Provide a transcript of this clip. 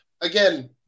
again